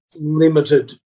limited